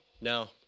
no